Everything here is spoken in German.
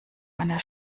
einer